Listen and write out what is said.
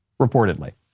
reportedly